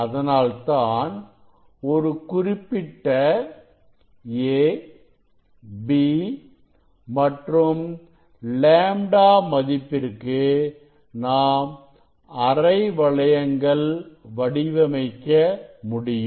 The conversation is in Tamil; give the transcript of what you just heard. அதனால்தான் ஒரு குறிப்பிட்ட a b மற்றும் λ மதிப்பிற்கு நாம் அரை வளையங்கள் வடிவமைக்க முடியும்